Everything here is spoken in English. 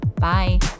Bye